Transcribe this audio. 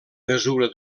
mesura